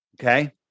Okay